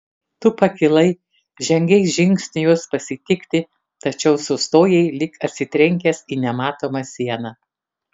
tu pakilai žengei žingsnį jos pasitikti tačiau sustojai lyg atsitrenkęs į nematomą sieną